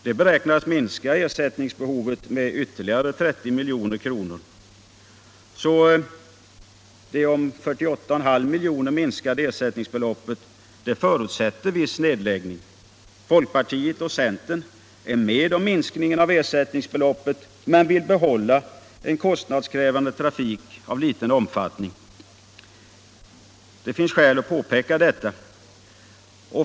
Det beräknas minska ersättningsbehovet med ytterligare 30 milj.kr., så det med 48,5 miljoner minskade ersättningsbeloppet förutsätter viss nedläggning. Folkpartiet och centern är med om minskningen av ersättningsbeloppet men vill behålla en kostnadskrävande trafik av liten omfattning. Det finns skäl att påpeka detta.